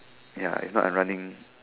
ya if not I'm running